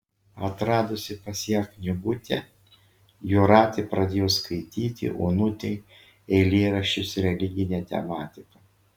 atradusi pas ją knygutę jūratė pradėjo skaityti onutei eilėraščius religine tematika